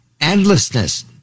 endlessness